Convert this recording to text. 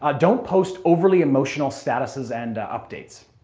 ah don't post overly emotional statuses and updates.